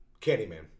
Candyman